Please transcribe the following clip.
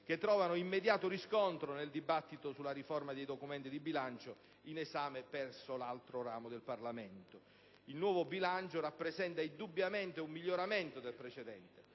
che trovano immediato riscontro nel dibattito sulla riforma dei documenti di bilancio in esame presso l'altro ramo del Parlamento. Il nuovo bilancio rappresenta indubbiamente un miglioramento del precedente.